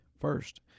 First